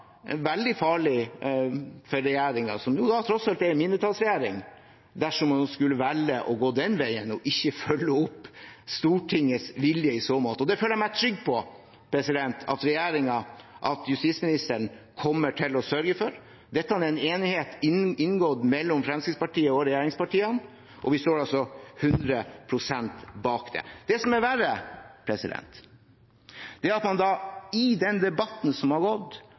veldig farlig for regjeringen, som nå tross alt er en mindretallsregjering, dersom man skulle velge å gå den veien og ikke følge opp Stortingets vilje i så måte. Det føler jeg meg trygg på at regjeringen og justisministeren kommer til å sørge for. Dette er en enighet inngått mellom Fremskrittspartiet og regjeringspartiene, og vi står 100 pst. bak det. Det som er verre, er at man i den debatten som har gått,